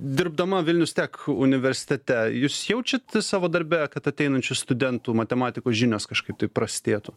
dirbdama vilnius tek universitete jūs jaučiat savo darbe kad ateinančių studentų matematikos žinios kažkaip prastėtų